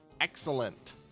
Excellent